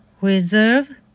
reserve